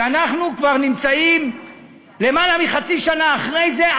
כבר למעלה מחצי שנה אחרי זה,